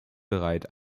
bereit